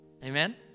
Amen